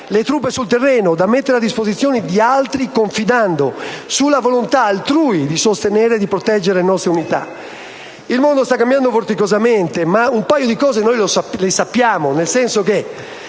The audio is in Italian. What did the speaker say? le truppe sul terreno, da mettere a disposizione di altri, confidando sulla volontà altrui di sostenere e di proteggere le nostre unità. Il mondo sta cambiando vorticosamente, ma un paio di cose le conosciamo. Sappiamo ad esempio che